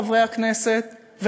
חברי הכנסת,